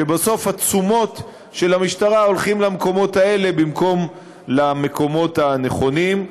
כשבסוף התשומות של המשטרה הולכות למקומות האלה במקום למקומות הנכונים.